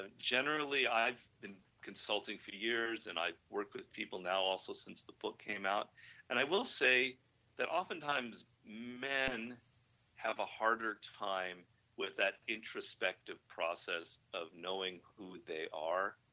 ah generally i have been consulting for years and i work with people now also since the book came out and i will say that often times men have a harder time with that introspective process of knowing who they are.